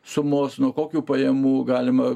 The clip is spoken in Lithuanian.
sumos nuo kokių pajamų galima